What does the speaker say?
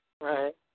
right